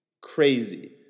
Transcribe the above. crazy